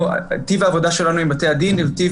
טיב העבודה שלנו עם בתי הדין הוא טיב